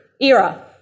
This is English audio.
era